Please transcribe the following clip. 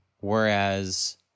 Whereas